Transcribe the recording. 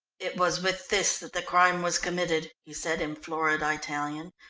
it was with this that the crime was committed, he said in florid italian.